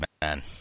man